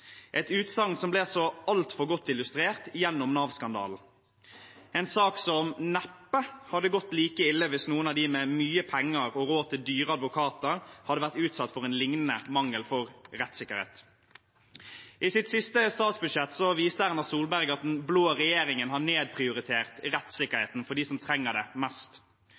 et utsagn som ble så altfor godt illustrert gjennom Nav-skandalen, en sak som neppe hadde gått like ille hvis noen av de med mye penger og råd til dyre advokater hadde vært utsatt for en lignende mangel på rettssikkerhet. I sitt siste statsbudsjett viste Erna Solberg at den blå regjeringen har nedprioritert rettssikkerheten for dem som trenger det mest.